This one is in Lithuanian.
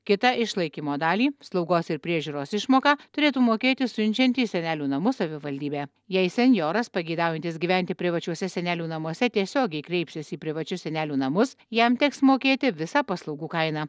kitą išlaikymo dalį slaugos ir priežiūros išmoką turėtų mokėti siunčianti į senelių namus savivaldybė jei senjoras pageidaujantis gyventi privačiuose senelių namuose tiesiogiai kreipsis į privačius senelių namus jam teks mokėti visą paslaugų kainą